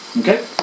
Okay